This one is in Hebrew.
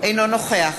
אינו נוכח